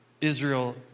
Israel